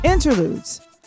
interludes